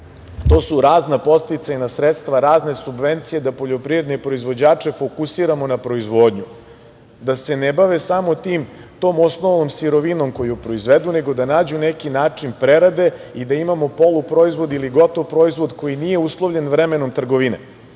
To su razna podsticajna sredstva, razne subvencije da poljoprivredne proizvođače fokusiramo na proizvodnju, da se ne bave samo tom osnovnom sirovinom koju proizvedu, nego da nađu neki način prerade i da imamo poluproizvod ili gotov proizvod koji nije uslovljen vremenom trgovine,